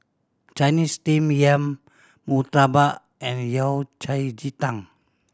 Chinese Steamed Yam murtabak and Yao Cai ji tang